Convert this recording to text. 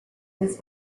his